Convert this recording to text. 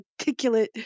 articulate